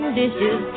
dishes